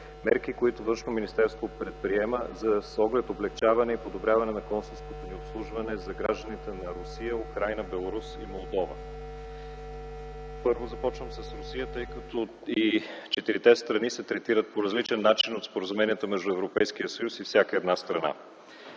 Министерството на външните работи предприема с оглед облекчаване и подобряване на консулското ни обслужване на гражданите на Русия, Украйна, Беларус и Молдова. Първо, започвам с Русия, тъй като и четирите страни се третират по различен начин от споразуменията между Европейския съюз и всяка една страна.